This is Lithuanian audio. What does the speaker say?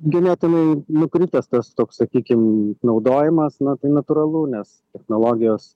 genėtinai nukritęs tas toks sakykim naudojimas na tai natūralu nes technologijos